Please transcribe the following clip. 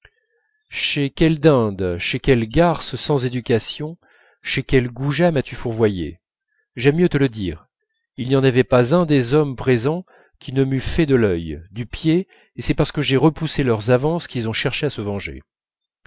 chez quelles dindes chez quelles garces sans éducation chez quels goujats m'as-tu fourvoyée j'aime mieux te le dire il n'y en avait pas un des hommes présents qui ne m'eût fait de l'œil du pied et c'est parce que j'ai repoussé leurs avances qu'ils ont cherché à se venger